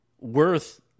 worth